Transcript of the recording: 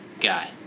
guy